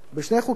בשני חוקים,